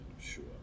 sure